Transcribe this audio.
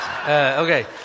Okay